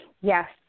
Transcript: Yes